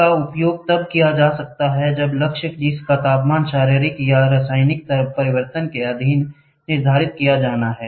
इसका उपयोग तब किया जा सकता है जब लक्ष्य जिसका तापमान शारीरिक या रासायनिक परिवर्तन के अधीन निर्धारित किया जाना है